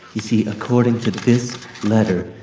you see, according to this letter,